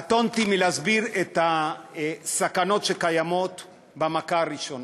קטונתי מלהסביר את הסכנות שקיימות במכה הראשונה,